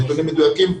נתונים מדויקים,